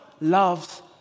loves